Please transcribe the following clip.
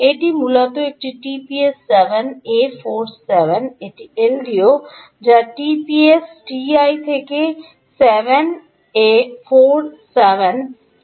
এটি মূলত এটি টিপিএস 7 এ 47 এটি এলডিও যা টিপিএস টিআই থেকে 7 এ 47